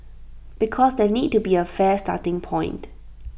because there needs to be A fair starting point